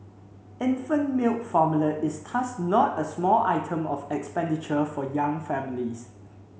infant milk formula is thus not a small item of expenditure for young families